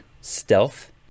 stealth